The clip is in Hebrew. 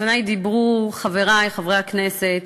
לפני דיברו חברי חברי הכנסת